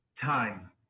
time